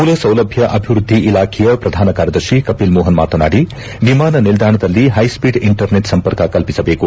ಮೂಲಸೌಲಭ್ಯ ಅಭಿವೃದ್ದಿ ಇಲಾಖೆಯ ಪ್ರಧಾನ ಕಾರ್ಯದರ್ಶಿ ಕಪಿಲ್ ಮೋಹನ್ ಮಾತನಾಡಿ ವಿಮಾನ ನಿಲ್ದಾಣದಲ್ಲಿ ಹೈಸ್ಲೀಡ್ ಇಂಟರ್ನೆಟ್ ಸಂಪರ್ಕ ಕಲ್ಪಿಸಬೇಕು